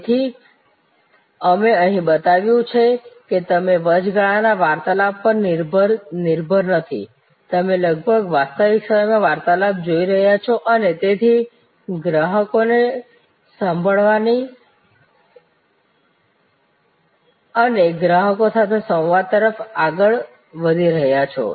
તેથી અમે અહીં બતાવ્યું છે કે તમે વચગાળા ના વાર્તાલાપ પર નિર્ભર નથી તમે લગભગ વાસ્તવિક સમયમાં વાર્તાલાપ જોઈ રહ્યા છો અને તેથી ગ્રાહકોને સાંભળવાથી લઈને અમે ગ્રાહકો સાથે સંવાદ તરફ આગળ વધી રહ્યા છીએ